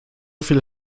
viel